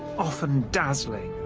often dazzling.